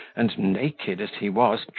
and, naked as he was,